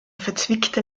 verzwickte